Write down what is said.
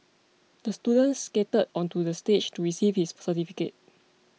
the students skated onto the stage to receive his certificate